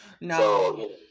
no